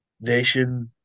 Nation